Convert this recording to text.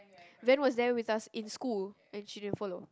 Ben was there with us in school and she didn't follow